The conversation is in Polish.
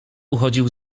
uchodził